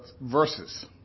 verses